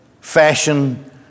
fashion